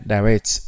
Direct